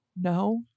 No